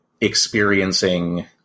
experiencing